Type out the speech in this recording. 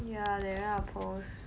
yeah they ran out of pearls